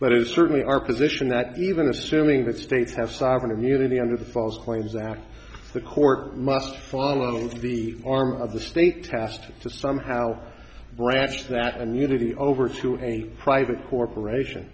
but it is certainly our position that even assuming that states have sovereign immunity under the false claims act the court must follow the arm of the state tasked to somehow branch that and unity over to a private corporation